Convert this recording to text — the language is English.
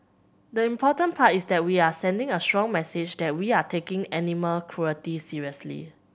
the important part is that we are sending a strong message that we are taking animal cruelty seriously